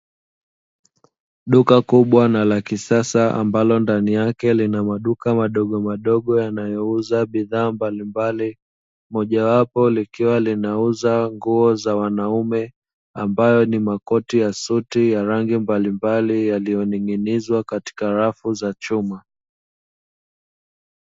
Duka kubwa na la kisasa ambalo ndani yake lina maduka madogo madogo, yanayouza bidhaa mbalimbali, mojawapo likiwa linauza nguo za wanaume, ambayo ni makoti ya suti ya rangi mbalimbali, yaliyoning'inizwa katika rafu za chuma.